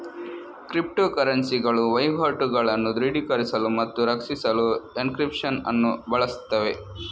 crypto ಕರೆನ್ಸಿಗಳು ವಹಿವಾಟುಗಳನ್ನು ದೃಢೀಕರಿಸಲು ಮತ್ತು ರಕ್ಷಿಸಲು ಎನ್ಕ್ರಿಪ್ಶನ್ ಅನ್ನು ಬಳಸುತ್ತವೆ